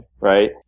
right